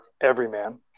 everyman